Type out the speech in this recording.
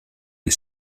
his